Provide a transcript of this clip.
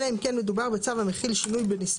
אלא אם כן מדובר בצו המחיל שינוי שינוי (Annex)